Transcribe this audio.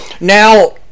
Now